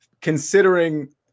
considering